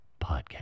podcast